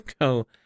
go